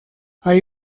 hay